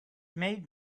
made